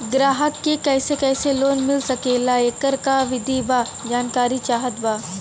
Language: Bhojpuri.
ग्राहक के कैसे कैसे लोन मिल सकेला येकर का विधि बा जानकारी चाहत बा?